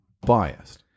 biased